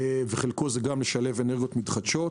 וחלק משלב אנרגיות מתחדשות.